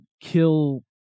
kill